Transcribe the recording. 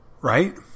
right